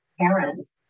parents